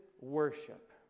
worship